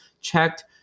checked